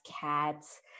cats